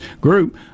Group